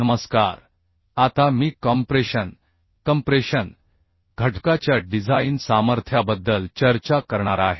नमस्कार आता मी कॉम्प्रेशन घटकाच्या डिझाइन सामर्थ्याबद्दल चर्चा करणार आहे